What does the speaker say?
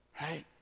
Right